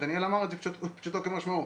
דניאל אמר את זה פשוטו כמשמעו.